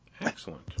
Excellent